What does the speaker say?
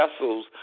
vessels